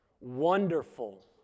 Wonderful